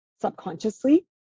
subconsciously